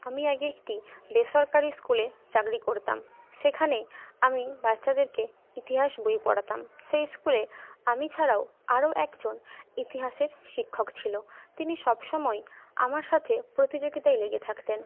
আমি আগে একটি বেসরকারি স্কুলে চাকরি করতাম সেখানে আমি বাচ্চাদেরকে ইতিহাস বই পড়াতাম সেই স্কুলে আমি ছাড়াও আরো একজন ইতিহাসের শিক্ষক ছিল তিনি সবসময় আমার সাথে প্রতিযোগিতায় লেগে থাকতেন